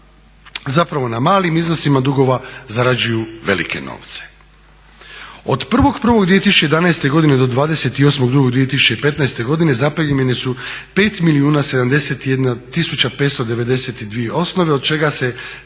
zapravo na malim iznosima dugova zarađuju velike novce? Od 1.1.2011. godine do 28.2.2915. godine zapremljene su 5 milijuna 71 tisuća 592 osnove od čega se 32,12%